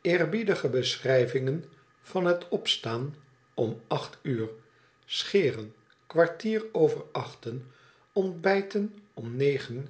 eerbiedige beschrqvingen van het opstaan om acht uur scheren kwartier over achten ontbijten om negen